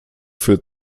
führt